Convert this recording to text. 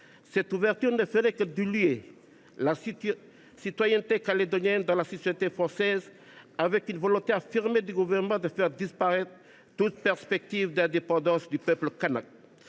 Cette ouverture ne ferait que diluer la citoyenneté calédonienne dans la citoyenneté française, consacrant la volonté affirmée du Gouvernement de faire disparaître toute perspective d’indépendance du peuple kanak.